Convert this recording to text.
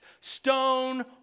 stone